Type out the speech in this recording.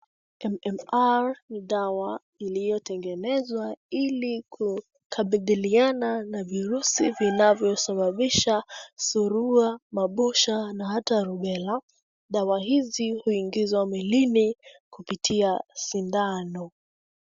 MMR ni dawa iliyotengenezwa ili kukabiliana na virusi vinavyosababisha surua, mabusha na hata rubela. Dawa hizi huingizwa mwilini kupitia sindano.